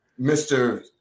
Mr